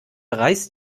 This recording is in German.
reißt